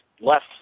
left